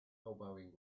elbowing